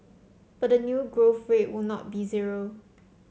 but the new growth rate will not be zero